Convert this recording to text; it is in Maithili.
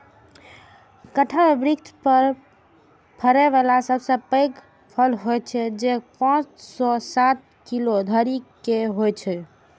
कटहल वृक्ष पर फड़ै बला सबसं पैघ फल होइ छै, जे पांच सं सात किलो धरि के होइ छै